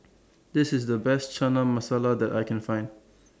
This IS The Best Chana Masala that I Can Find